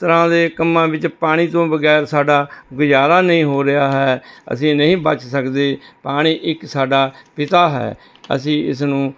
ਤਰ੍ਹਾਂ ਦੇ ਕੰਮਾਂ ਵਿੱਚ ਪਾਣੀ ਤੋਂ ਬਗੈਰ ਸਾਡਾ ਗੁਜਾਰਾ ਨਹੀਂ ਹੋ ਰਿਹਾ ਹੈ ਅਸੀਂ ਨਹੀਂ ਬੱਚ ਸਕਦੇ ਪਾਣੀ ਇੱਕ ਸਾਡਾ ਪਿਤਾ ਹੈ ਅਸੀਂ ਇਸ ਨੂੰ